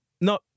no